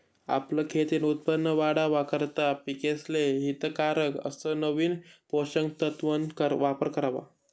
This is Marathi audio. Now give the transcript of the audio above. आपलं खेतीन उत्पन वाढावा करता पिकेसले हितकारक अस नवीन पोषक तत्वन वापर करा